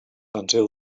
until